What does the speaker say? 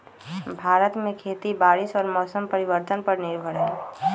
भारत में खेती बारिश और मौसम परिवर्तन पर निर्भर हई